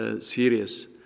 Serious